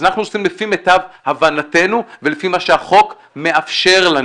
אז אנחנו עושים לפי מיטב הבנתנו ולפי מה שהחוק מאפשר לנו